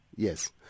Yes